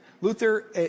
Luther